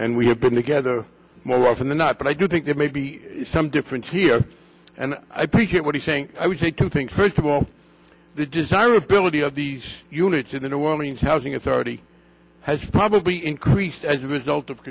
and we have been together more often than not but i do think there may be some difference here and i appreciate what he's saying i would say two things first of all the desirability of these units in the new orleans housing authority has probably increased as a result of